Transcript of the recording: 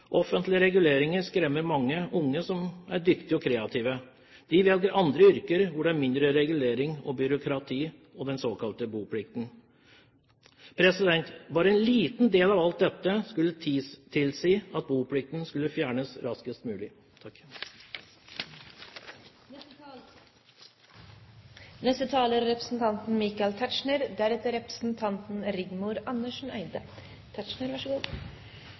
Offentlige reguleringer skremmer mange unge som er dyktige og kreative. De velger andre yrker hvor det er mindre regulering og byråkrati – og den såkalte boplikten. Bare en liten del av alt dette skulle tilsi at boplikten skulle fjernes raskest mulig. Jeg lyttet til statsrådens analogi til røkeloven med en viss interesse. Det er